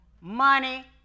money